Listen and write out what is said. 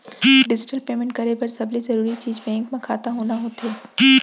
digital payment करे बर सबले जरूरी चीज बेंक म खाता होना होथे